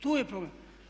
Tu je problem.